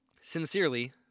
sincerely